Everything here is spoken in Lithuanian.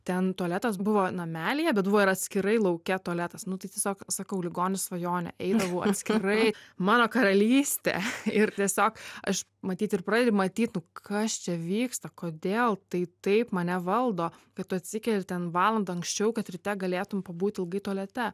ten tualetas buvo namelyje bet buvo ir atskirai lauke tualetas nu tai tiesiog sakau ligonis svajonė eidavau atskirai mano karalystė ir tiesiog aš matyt ir pradedi matyt nu kas čia vyksta kodėl tai taip mane valdo kad tu atsikeli ten valandą anksčiau kad ryte galėtum pabūt ilgai tualete